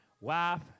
Wife